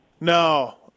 No